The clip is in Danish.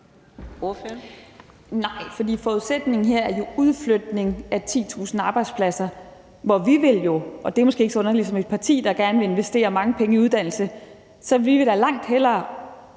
forudsætningen her er jo udflytning af 10.000 arbejdspladser, hvor vi – og det er måske ikke så underligt for et parti, der gerne vil investere mange penge i uddannelse – da langt hellere